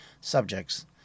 subjects